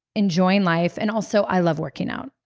enjoying life. and also, i love working out.